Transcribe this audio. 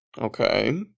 Okay